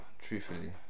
Truthfully